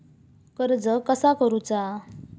कर्ज कसा करूचा?